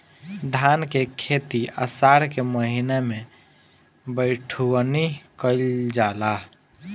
धान के खेती आषाढ़ के महीना में बइठुअनी कइल जाला?